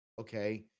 okay